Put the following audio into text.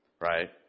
right